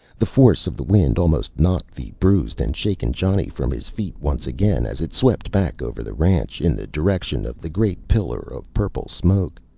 the force of the wind almost knocked the bruised and shaken johnny from his feet once again as it swept back over the ranch, in the direction of the great pillar of purple smoke.